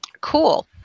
cool